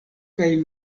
kaj